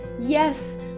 Yes